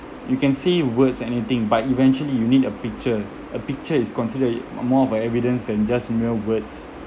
you can say words anything but eventually you need a picture a picture is considered more of a evidence than just mere words